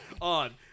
on